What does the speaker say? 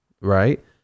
right